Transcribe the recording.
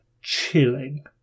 chilling